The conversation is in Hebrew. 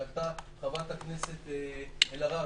שהעלתה חברת הכנסת אלהרר.